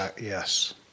Yes